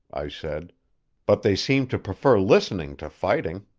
i said but they seem to prefer listening to fighting.